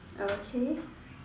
okay